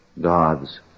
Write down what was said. God's